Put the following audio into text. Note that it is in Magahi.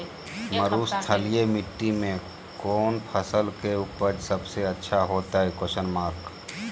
मरुस्थलीय मिट्टी मैं कौन फसल के उपज सबसे अच्छा होतय?